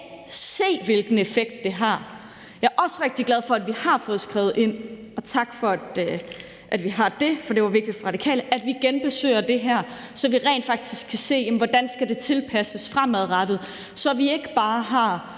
se, hvilken effekt det har. Jeg er også rigtig glad for, at vi har fået skrevet ind, og tak for, at vi har det, for det var vigtigt for Radikale, at vi genbesøger det her, så vi rent faktisk kan se, hvordan det skal tilpasses fremadrettet, så vi ikke bare har